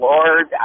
Lord